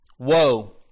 Woe